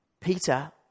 Peter